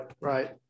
right